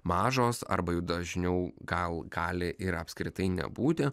mažos arba jų dažniau gal gali ir apskritai nebūti